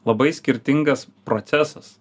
labai skirtingas procesas